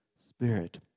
Spirit